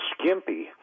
skimpy